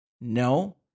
No